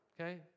okay